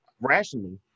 rationally